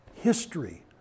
History